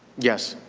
yes.